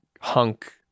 hunk